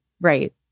Right